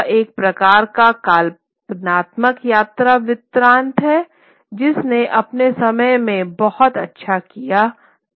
यह एक प्रकार का कल्पनात्मक यात्रा वृत्तांत है जिसने अपने समय में बहुत अच्छा किया था